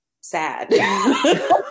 sad